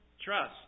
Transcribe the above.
Trust